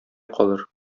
калыр